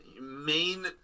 main